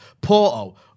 Porto